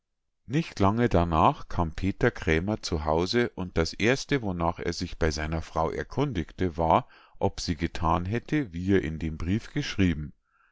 nicht lange darnach kam peter krämer zu hause und das erste wonach er sich bei seiner frau erkundigte war ob sie gethan hätte wie er in dem brief geschrieben